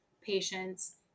patients